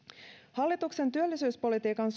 hallituksen työllisyyspolitiikan